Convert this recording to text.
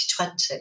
2020